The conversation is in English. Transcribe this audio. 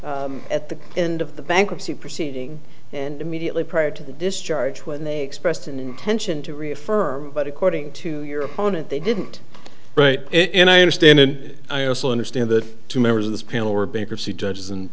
at the end of the bankruptcy proceeding and immediately prior to the discharge when they expressed an intention to reaffirm but according to your opponent they didn't write it and i understand and i also understand that two members